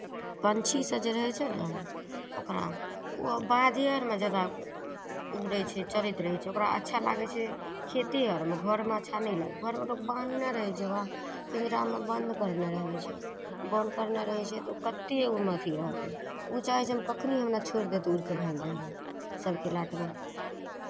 पंछीसभ जे रहै छै ने ओकरा ओ बाधे अरमे जादा उड़ै छै चरैत रहै छै ओकरा अच्छा लागै छै खेते अरमे घरमे अच्छा नहि लागै छै घरमे तऽ बान्हने रहै छै ओकरा पिंजरामे बन्द करने रहै छै बन्द करने रहै छै तऽ ओ कतेक ओहिमे अथि रहतै ओ चाहै छै हम कखनि हमरा छोड़ि देत उड़ि कऽ भागि जायब सभके लाटमे